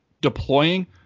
deploying